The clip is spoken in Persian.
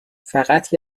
فقط